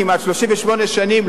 כמעט 38 שנים,